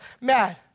mad